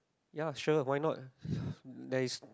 ya sure why not there is